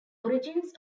origins